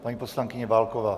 Paní poslankyně Válková.